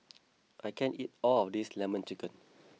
I can't eat all of this Lemon Chicken